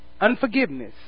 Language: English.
unforgiveness